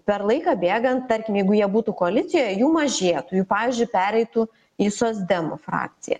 per laiką bėgant tarkim jeigu jie būtų koalicijoje jų mažėtų jų pavyzdžiui pereitų į socdemų frakciją